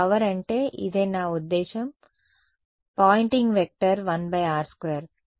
power అంటే ఇదే నా ఉద్దేశ్యం పాయింటింగ్ వెక్టర్ 1r2